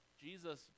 Jesus